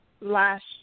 last